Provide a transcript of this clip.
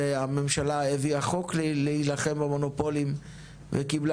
והממשלה הביאה חוק להילחם במונופולים וקיבלה